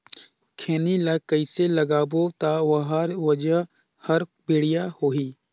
खैनी ला कइसे लगाबो ता ओहार वजन हर बेडिया होही?